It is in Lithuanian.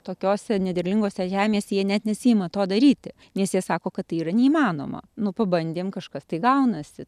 tokiose nederlingose žemėse jie net nesiima to daryti nes jie sako kad tai yra neįmanoma nu pabandėm kažkas tai gaunasi